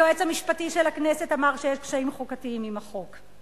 היועץ המשפטי של הכנסת אמר שיש קשיים חוקתיים עם החוק.